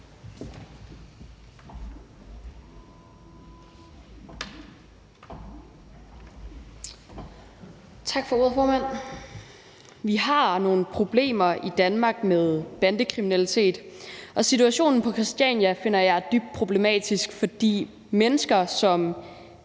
Vi har nogle problemer i Danmark med bandekriminalitet, og situationen på Christiania finder jeg dybt problematisk, fordi mennesker, som